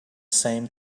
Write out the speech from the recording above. same